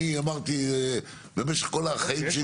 אני אמרתי במשך כל החיים שלי.